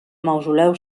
mausoleu